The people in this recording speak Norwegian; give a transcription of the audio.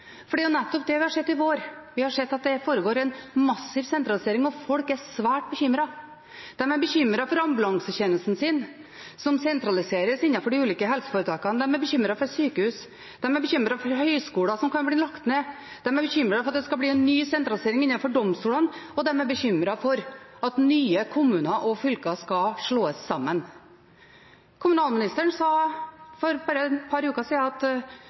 vi sett i vår. Det foregår en massiv sentralisering, og folk er svært bekymret. De er bekymret for ambulansetjenesten sin, som sentraliseres innenfor de ulike helseforetakene. De er bekymret for sykehus. De er bekymret for høgskoler som kan bli lagt ned. De er bekymret for at det skal bli en ny sentralisering innenfor domstolene, og de er bekymret for at nye kommuner og fylker skal slås sammen. Kommunalministeren sa for et par uker siden at